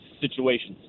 situations